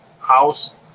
house